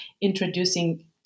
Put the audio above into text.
introducing